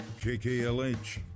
KKLH